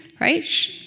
right